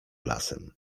lasem